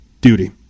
duty